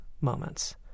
moments